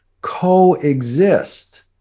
coexist